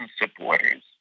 supporters